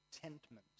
contentment